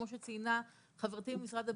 כמו שציינה חברתי ממשרד הבריאות,